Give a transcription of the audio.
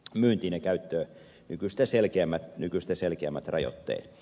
kun entinen käyttö nykyistä saadaan nykyistä selkeämmät rajoitteet